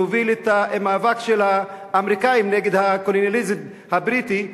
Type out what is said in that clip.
שהוביל את המאבק של האמריקנים נגד הקולוניאליזם הבריטי,